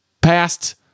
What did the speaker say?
passed